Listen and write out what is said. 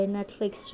Netflix